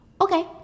Okay